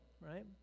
Right